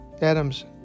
ADAMS